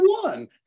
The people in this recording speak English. one